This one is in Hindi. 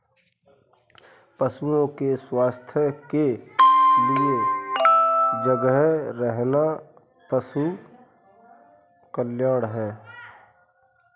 पशुओं के स्वास्थ्य के लिए सजग रहना पशु कल्याण है